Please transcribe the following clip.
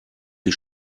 die